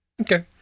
Okay